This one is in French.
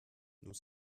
nous